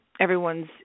everyone's